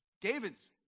David's